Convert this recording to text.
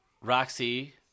Roxy